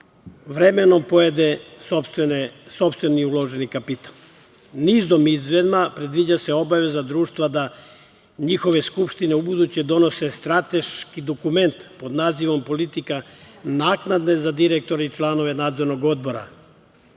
vremenom pojede sopstveni uloženi kapital. Nizom izmena predviđa se obaveza društva da njihove skupštine ubuduće donose strateški dokument pod nazivom – politika naknade za direktore i članove nadzornog odbora,